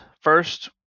first